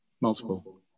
multiple